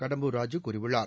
கடம்பூர் ராஜூ கூறியுள்ளார்